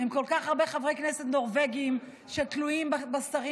עם כל כך הרבה חברי כנסת נורבגים שתלויים בשרים,